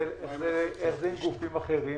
איך זה עם גופים אחרים,